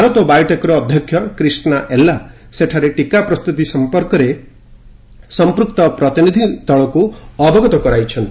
ଭାରତ ବାୟୋଟେକ୍ର ଅଧ୍ୟକ୍ଷ କ୍ରିଷ୍ଣା ଏଲ୍ଲା ସେଠାରେ ଟିକା ପ୍ରସ୍ତୁତି ସମ୍ପର୍କରେ ସମ୍ପୁକ୍ତ ପ୍ରତିନିଧି ଦଳଙ୍କୁ ଅବଗତ କରାଇଛନ୍ତି